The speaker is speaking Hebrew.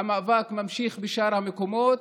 והמאבק ממשיך בשאר המקומות,